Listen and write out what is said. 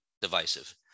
divisive